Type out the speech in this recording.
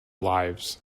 lives